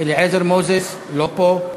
אליעזר מוזס, לא פה,